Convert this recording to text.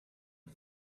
tôt